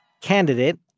candidate